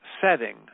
setting